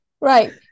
Right